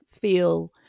feel